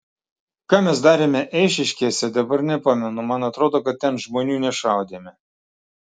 ką mes darėme eišiškėse dabar nepamenu man atrodo kad ten žmonių nešaudėme